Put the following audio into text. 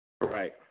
Right